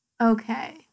Okay